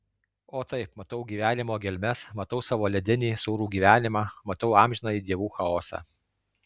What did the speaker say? o taip matau gyvenimo gelmes matau savo ledinį sūrų gyvenimą matau amžinąjį dievų chaosą